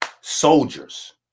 soldiers